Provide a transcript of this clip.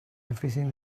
everything